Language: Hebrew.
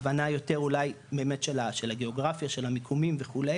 הבנה יותר אולי באמת של הגאוגרפיה של המיקומים וכו',